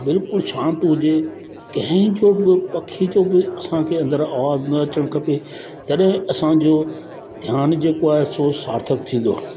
बिल्कुलु शांति हुजे कंहिं जो बि जो पखी जो बि असांखे अंदरि आवाजु न अचणु खपे तॾहिं असांजो ध्यानु जेको आहे सो सार्थक थींदो